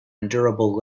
endurable